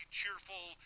cheerful